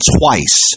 twice